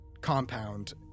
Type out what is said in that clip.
compound